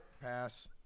Pass